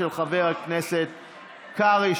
של חבר הכנסת קרעי,